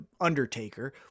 Undertaker